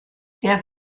der